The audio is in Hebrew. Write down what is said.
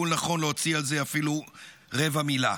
לנכון להוציא על זה אפילו רבע מילה.